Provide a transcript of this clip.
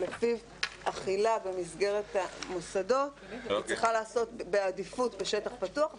שלפיו אכילה במסגרת המוסדות צריכה להיעשות בעדיפות בשטח פתוח,